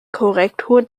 korrektur